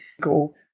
go